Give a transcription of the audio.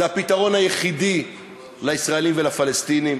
זה הפתרון היחידי לישראלים ולפלסטינים.